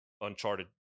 uncharted